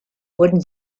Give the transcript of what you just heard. wurden